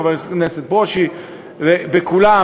חבר הכנסת ברושי וכולם,